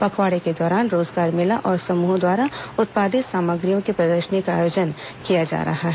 पखवाड़े के दौरान रोजगार मेला और समूहों द्वारा उत्पादित सामग्रियों की प्रर्दशनी का आयोजन किया जा रहा है